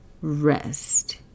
rest